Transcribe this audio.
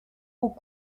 aux